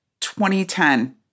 2010-